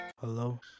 Hello